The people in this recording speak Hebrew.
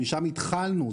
משם התחלנו,